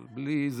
אבל בלי,